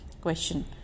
question